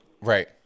right